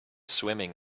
swimming